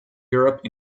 europe